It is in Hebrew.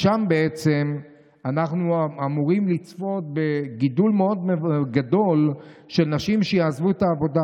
שם בעצם אנחנו אמורים לצפות לגידול מאוד גדול של נשים שיעזבו את העבודה.